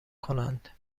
کنند